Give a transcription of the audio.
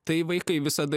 tai vaikai visada